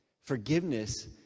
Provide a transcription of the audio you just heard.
Forgiveness